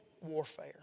warfare